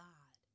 God